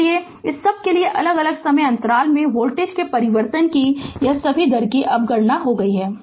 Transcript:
इसलिए इस सब के लिए अलग अलग समय अंतराल में वोल्टेज के परिवर्तन की यह सभी दर अब गणना की गई है